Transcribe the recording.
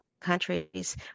countries